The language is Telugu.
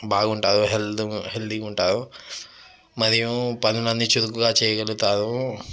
బాగుంటారు హెల్త్ హెల్తీగా ఉంటారు మరియు పనులన్నీ చురుగ్గా చేయగలుగుతారు